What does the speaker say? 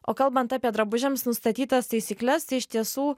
o kalbant apie drabužiams nustatytas taisykles tai iš tiesų